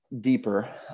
deeper